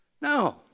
No